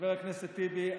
חבר הכנסת טיבי,